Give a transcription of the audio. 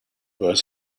were